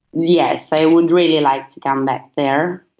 yes, i would really like to come back there.